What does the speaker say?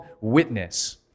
Witness